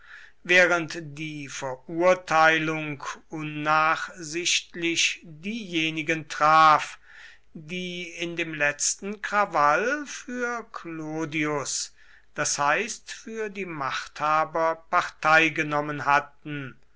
während die verurteilung unnachsichtlich diejenigen traf die in dem letzten krawall für clodius das heißt für die machthaber partei genommen hatten